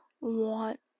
want